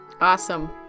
Awesome